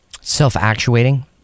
self-actuating